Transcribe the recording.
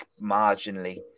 marginally